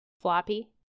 floppy